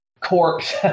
corpse